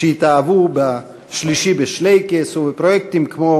שהתאהבו ב"שלישי בשלייקעס" ובפרויקטים כמו